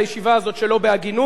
מוזמן לפנות למי שרוצה,